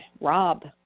rob